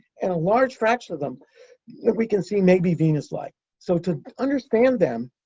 and a large fraction of them that we can see may be venus-like. so to understand them,